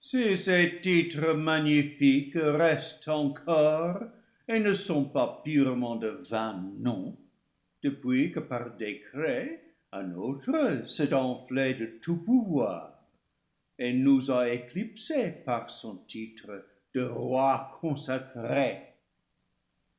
titres magnifiques restent encore et ne sont pas pu rement de vains noms depuis que par décret un autre s'est enflé de tout pouvoir et nous a éclipsés par son titre de roi consacré